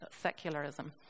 secularism